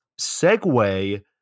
segue